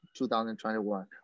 2021